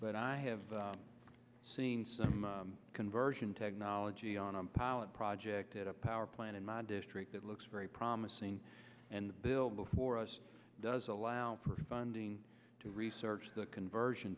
but i have seen some conversion technology on a pilot project at a power plant in my district that looks very promising and bill before us does allow for funding to research the conversion